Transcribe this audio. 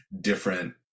different